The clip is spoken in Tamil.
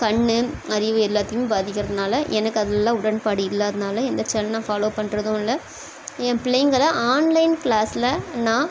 கண்ணு அறிவு எல்லாத்தையுமே பாதிக்கிறதுனால எனக்கு அதுலெல்லாம் உடன்பாடு இல்லாதுனால் எந்த சேனலும் நான் ஃபாலோ பண்ணுறதும் இல்லை ஏன் பிள்ளைங்களை ஆன்லைன் க்ளாஸில் நான்